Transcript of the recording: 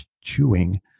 chewing